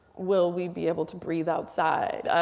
will we be able to breathe outside.